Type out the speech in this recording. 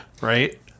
right